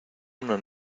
una